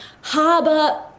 harbour